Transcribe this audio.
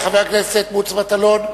תודה לחבר הכנסת מוץ מטלון,